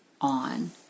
on